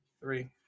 Three